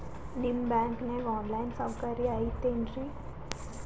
ನಿಮ್ಮ ಬ್ಯಾಂಕನಾಗ online ಸೌಕರ್ಯ ಐತೇನ್ರಿ?